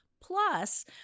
Plus